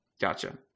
Gotcha